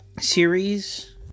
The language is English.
series